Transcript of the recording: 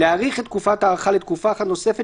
להאריך את תקופת ההארכה לתקופה אחת נוספת